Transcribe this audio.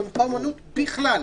במופע אומנות בכלל?